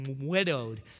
widowed